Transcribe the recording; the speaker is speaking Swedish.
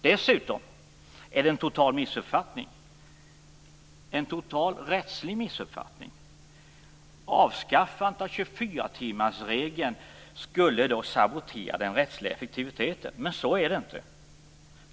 Dessutom är det en total missuppfattning, en total rättslig missuppfattning. Avskaffandet av 24-timmarsregeln skulle då sabotera den rättsliga effektiviteten, men så är det inte.